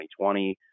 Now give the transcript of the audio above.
2020